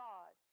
God